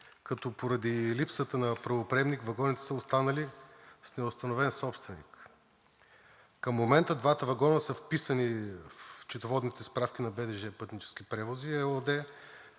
като поради липсата на правоприемник вагоните са останали с неустановен собственик. Към момента двата вагона са вписани в счетоводните справки на БДЖ „Пътнически превози“ ЕООД,